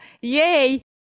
Yay